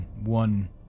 one